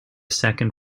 second